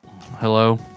Hello